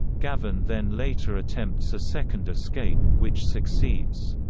gavin then later attempts a second escape, which succeeds.